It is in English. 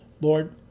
Lord